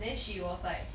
then she was like